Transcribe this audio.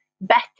better